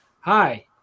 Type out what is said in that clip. hi